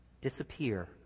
disappear